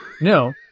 No